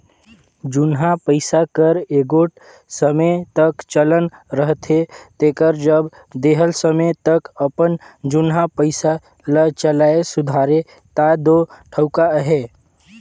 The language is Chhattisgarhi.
जुनहा पइसा कर एगोट समे तक चलन रहथे तेकर जब देहल समे तक अपन जुनहा पइसा ल चलाए सुधारे ता दो ठउका अहे